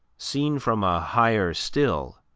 seen from a higher still,